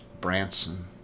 Branson